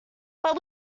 but